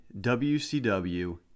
WCW